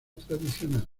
tradicional